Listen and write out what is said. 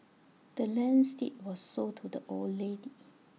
the land's deed was sold to the old lady